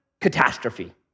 catastrophe